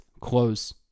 close